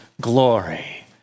glory